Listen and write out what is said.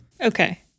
Okay